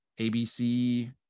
ABC